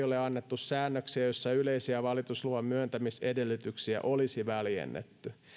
ole annettu säännöksiä joissa yleisiä valitusluvan myöntämisedellytyksiä olisi väljennetty